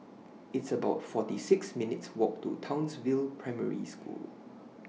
It's about forty six minutes' Walk to Townsville Primary School